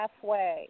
halfway